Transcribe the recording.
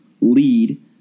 lead